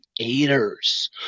creators